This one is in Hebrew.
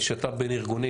שת"פ בין-ארגוני,